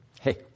hey